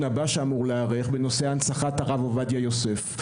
הבא שאמור להיערך בנושא הנצחת הרב עובדיה יוסף.